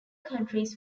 countries